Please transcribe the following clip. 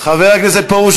חבר הכנסת פרוש,